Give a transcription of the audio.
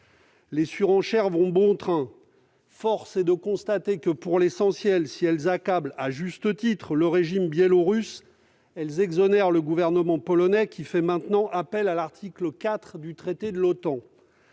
Les surenchères vont bon train. Force est de constater que si, pour l'essentiel, elles accablent à juste titre le régime biélorusse, elles exonèrent le gouvernement polonais, qui fait maintenant appel à l'article 4 du traité fondateur